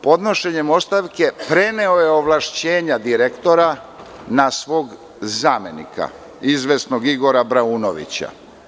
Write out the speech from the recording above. Podnošenjem ostavku preneo je ovlašćenja direktora na svog zamenika, izvesnog Igora Braunovića.